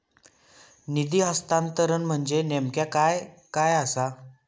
निधी हस्तांतरण म्हणजे नेमक्या काय आसा?